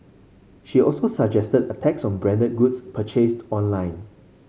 she also suggested a tax on branded goods purchased online